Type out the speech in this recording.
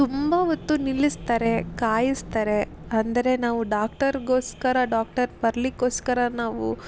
ತುಂಬ ಹೊತ್ತು ನಿಲ್ಲಿಸ್ತಾರೆ ಕಾಯಿಸ್ತಾರೆ ಅಂದರೆ ನಾವು ಡಾಕ್ಟರಿಗೋಸ್ಕರ ಡಾಕ್ಟರ್ ಬರಲಿಕ್ಕೋಸ್ಕರ ನಾವು